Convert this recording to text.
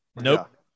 Nope